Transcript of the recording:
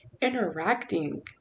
interacting